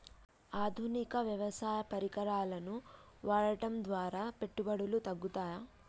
ఆధునిక వ్యవసాయ పరికరాలను వాడటం ద్వారా పెట్టుబడులు తగ్గుతయ?